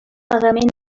pagament